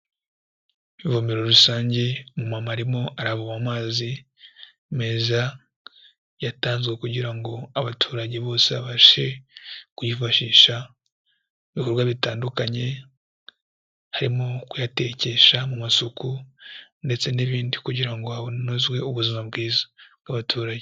Ivomero rusange umumama arimo aravoma amazi meza yatanzwe kugira ngo abaturage bose babashe kuyifashisha mu bikorwa bitandukanye harimo nko kuyatekesha, mu masuku ndetse n'ibindi kugira ngo hanozwe ubuzima bwiza bw'abaturage.